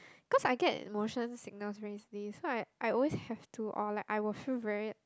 cause I get motion sickness very easily so I I always have to or like I will feel very